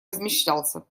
размечтался